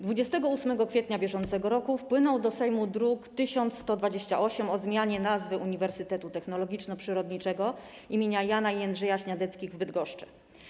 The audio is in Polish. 28 kwietnia br. wpłynął do Sejmu druk nr 1128 o zmianie nazwy Uniwersytetu Technologiczno-Przyrodniczego im. Jana i Jędrzeja Śniadeckich w Bydgoszczy.